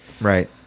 Right